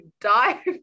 die